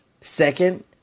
Second